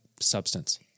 substance